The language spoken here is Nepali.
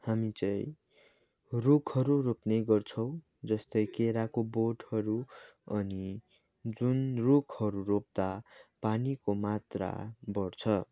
हामी चाहिँ रुखहरू रोप्ने गर्छौँ जस्तै केराको बोटहरू अनि जुन रूखहरू रोप्दा पानीको मात्रा बढ्छ